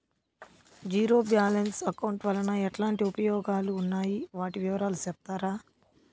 Zero balance account వలన ఎట్లాంటి ఉపయోగాలు ఉన్నాయి? వాటి వివరాలు సెప్తారా?